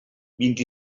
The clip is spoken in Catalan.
vint